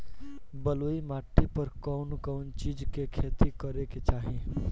बलुई माटी पर कउन कउन चिज के खेती करे के चाही?